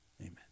Amen